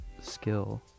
skill